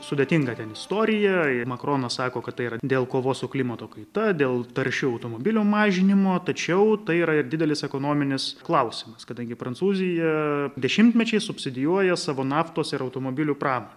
sudėtinga ten istorija ir makronas sako kad tai yra dėl kovos su klimato kaita dėl taršių automobilių mažinimo tačiau tai yra ir didelis ekonominis klausimas kadangi prancūzija dešimtmečiais subsidijuoja savo naftos ir automobilių pramonę